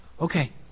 Okay